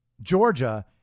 Georgia